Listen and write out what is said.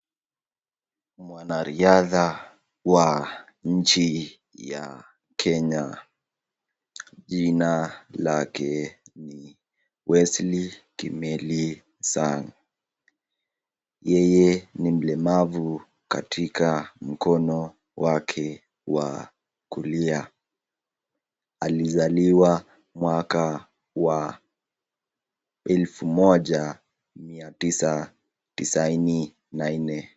Mwanariadha wa nchi ya Kenya jina lake ni Wesley Kimeli Sang. Yeye ni mlemavu katika mkono wake wa kulia. Alizaliwa mwaka wa elfu moja mia tisa tisini na nne.